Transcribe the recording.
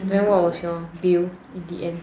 may got like